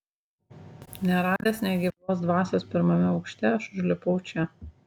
neradęs nė gyvos dvasios pirmame aukšte aš užlipau čia